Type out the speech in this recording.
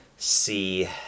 See